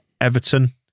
Everton